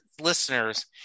Listeners